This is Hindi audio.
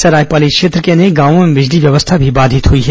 सरायपाली क्षेत्र के अनेक गांवों में बिजली व्यवस्था भी बाधित हुई है